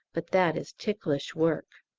but that is ticklish work.